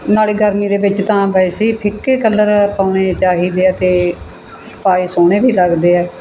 ਨਾਲੇ ਗਰਮੀ ਦੇ ਵਿੱਚ ਤਾਂ ਵੈਸੇ ਹੀ ਫਿੱਕੇ ਕਲਰ ਪਾਉਣੇ ਚਾਹੀਦੇ ਆ ਅਤੇ ਪਾਏ ਸੋਹਣੇ ਵੀ ਲੱਗਦੇ ਆ